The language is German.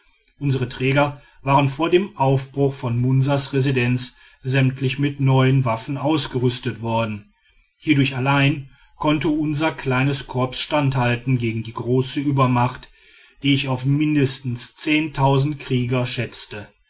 unsere träger waren vor dem aufbruch von munsas residenz sämtlich mit neuen waffen ausgerüstet worden hierdurch allein konnte unser kleines korps standhalten gegen die große übermacht die ich auf mindestens krieger schätzte